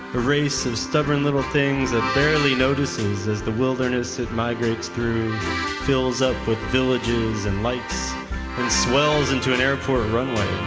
race of stubborn little things that barely notices as the wilderness it migrates through fills up with villages and lights and swells into an airport runway.